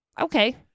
Okay